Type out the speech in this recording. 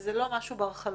וזה לא משהו בר חלוף.